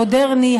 מודרני,